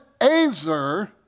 Azer